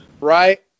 Right